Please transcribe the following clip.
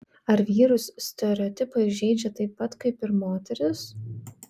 ar vyrus stereotipai žeidžia taip pat kaip ir moteris